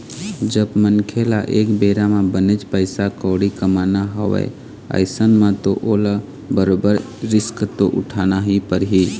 जब मनखे ल एक बेरा म बनेच पइसा कउड़ी कमाना हवय अइसन म तो ओला बरोबर रिस्क तो उठाना ही परही